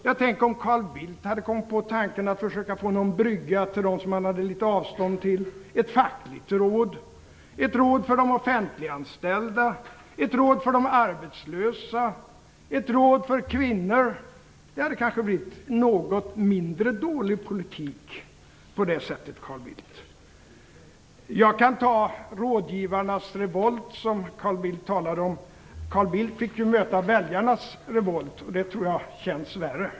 Ja, men tänk om Carl Bildt hade kommit på tanken att försöka få en brygga till dem som han hade litet avstånd till - ett fackligt råd, ett råd för de offentliganställda, ett råd för de arbetslösa eller ett råd för kvinnor. Det hade kanske blivit en något mindre dålig politik på det sättet, Carl Bildt! Jag kan ta rådgivarnas revolt, som Carl Bildt talade om. Men Carl Bildt fick ju möta väljarnas revolt, och det tror jag känns värre.